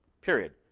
Period